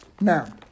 Now